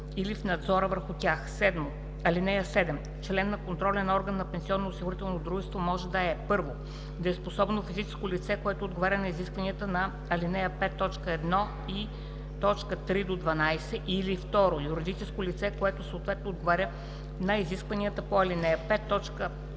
или в надзора върху тях. (7) Член на контролния орган на пенсионноосигурително дружество може да е: 1. дееспособно физическо лице, което отговаря на изискванията на ал. 5, т. 1 и 3 – 12, или 2. юридическо лице, което съответно отговаря на изискванията по ал. 5,